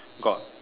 got